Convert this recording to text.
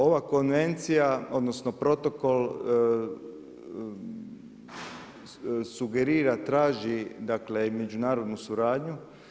Ova konvencija, odnosno Protokol sugerira, traži, dakle i međunarodnu suradnju.